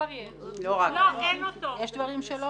אין את הכסף.